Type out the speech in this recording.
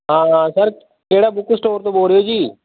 ਹਾਂ ਸਰ ਕਿਹੜੇ book store ਤੋਂ ਬੋਲ ਰਹੇ ਹੋ ਜੀ